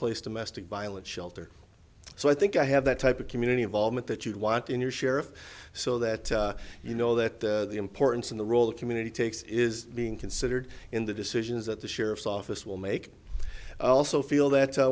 place to mess to violence shelter so i think i have that type of community involvement that you want in your sheriff so that you know that the importance of the role the community takes is being considered in the decisions that the sheriff's office will make also feel that